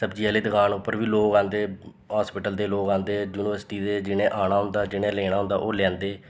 सब्ज़ी आह्ली दकान उप्पर बी लोग आंदे हॉस्पिटल दे लोग आंदे यूनिवर्सिटी दे जिनें आना होंदा जिनें लेना होंदा ओह् लेंदे